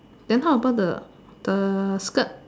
then how about the the skirt